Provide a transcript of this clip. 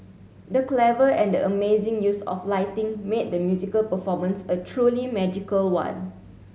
the clever and the amazing use of lighting made the musical performance a truly magical one